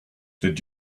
did